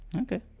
Okay